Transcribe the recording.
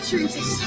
Jesus